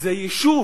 ולהקים עליה יישוב,